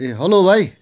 ए hello भाइ